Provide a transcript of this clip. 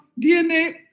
DNA